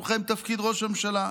שמכהן בתפקיד ראש הממשלה,